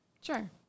Sure